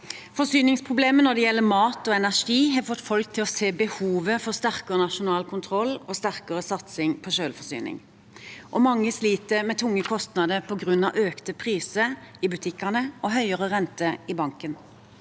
Forsyningsproblemer når det gjelder mat og energi, har fått folk til å se behovet for sterkere nasjonal kontroll og sterkere satsing på selvforsyning. Mange sliter med tunge kostnader på grunn av økte priser i butikkene og høyere rente i banken.